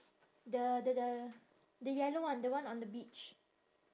the the the the yellow one the one on the beach